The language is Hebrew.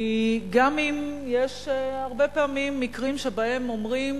כי גם יש הרבה פעמים מקרים שבהם אומרים